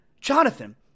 Jonathan